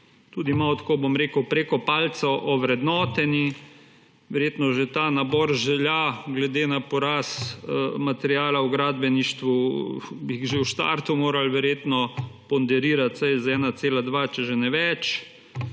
tudi malo tako, bom rekel, preko palca ovrednoteni. Verjetno že ta nabor želja, glede na porast materiala v gradbeništvu, bi že v startu morali verjetno ponderirati vsaj z 1,2, če že ne več.